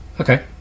Okay